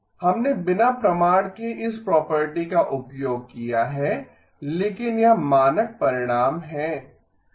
1 हमने बिना प्रमाण के इस प्रॉपर्टी का उपयोग किया है लेकिन यह मानक परिणाम है